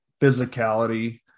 physicality